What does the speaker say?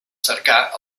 cercar